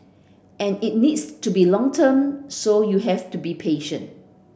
and it needs to be long term so you have to be patient